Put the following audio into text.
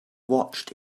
watched